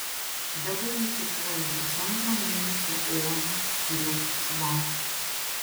dabar ji sūpuoja pusantro mėnesio oną kurios susilaukė